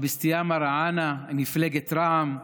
אבתיסאם מראענה, מפלגת רע"מ,